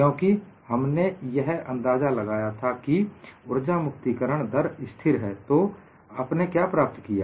क्योंकि हमने यह अंदाजा लगाया था कि उर्जा मुक्ति करण दर स्थिर है तो आपने क्या प्राप्त किया